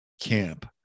camp